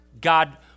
God